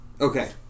Okay